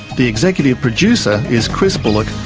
the executive producer is chris bullock,